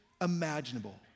imaginable